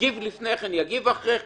הגיב לפני כן, יגיב אחרי כן.